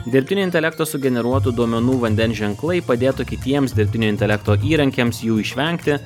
dirbtinio intelekto sugeneruotų duomenų vandens ženklai padėtų kitiems dirbtinio intelekto įrankiams jų išvengti